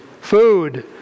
Food